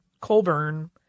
Colburn